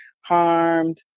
harmed